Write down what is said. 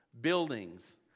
buildings